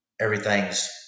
everything's